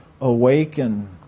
awaken